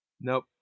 Nope